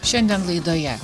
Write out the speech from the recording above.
šiandien laidoje